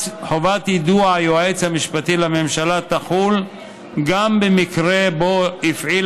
חובת יידוע היועץ המשפטי לממשלה תחול גם במקרה שבו הפעיל